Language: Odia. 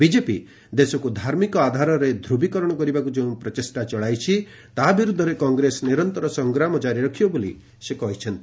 ବିଜେପି ଦେଶକୁ ଧାର୍ମିକ ଆଧାରରେ ଧ୍ରବିକରଣ କରିବାକୁ ଯେଉଁ ପ୍ରଚେଷ୍ଟା ଚଳାଇଛି ତାହା ବିରୁଦ୍ଧରେ କଂଗ୍ରେସ ନିରନ୍ତର ସଂଗ୍ରାମ ଜାରି ରଖିବ ବୋଲି ସେ କହିଚ୍ଚନ୍ତି